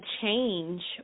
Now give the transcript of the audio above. change